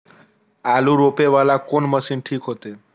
आलू रोपे वाला कोन मशीन ठीक होते?